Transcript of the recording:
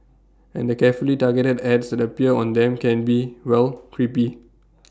and the carefully targeted ads that appear on them can be well creepy